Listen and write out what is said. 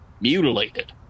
mutilated